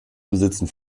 besitzen